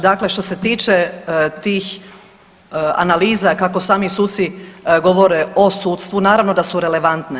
Dakle, što se tiče tih analiza kako sami suci govore o sudstvu, naravno da su relevantne.